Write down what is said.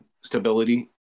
stability